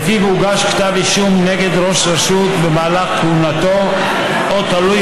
שלפיו הוגש כתב אישום נגד ראש רשות במהלך כהונתו או תלוי